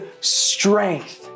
strength